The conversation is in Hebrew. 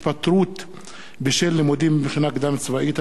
(התפטרות בשל לימודים במכינה קדם-צבאית),